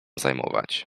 zajmować